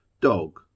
Dog